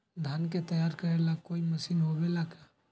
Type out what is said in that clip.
धान के तैयार करेला कोई मशीन होबेला का?